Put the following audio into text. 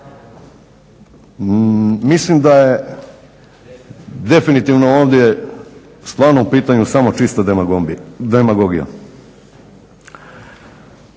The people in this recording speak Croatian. Mislim da je definitivno ovdje stvarno u pitanju samo čista demagogija.